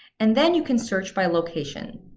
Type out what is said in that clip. and then you can search by location.